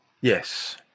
Yes